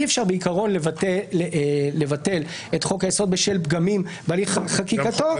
אי אפשר לבטל את חוק היסוד בשל פגמים בהליך חקיקתו - גם חוק